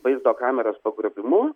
vaizdo kameros pagrobimu